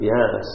Yes